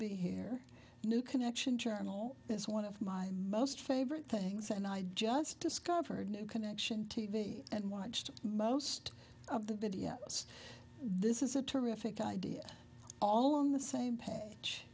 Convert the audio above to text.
be here new connection journal is one of my most favorite things and i just discovered a new connection t v and watched most of the videos this is a terrific idea all on the same pa